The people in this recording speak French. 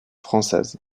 française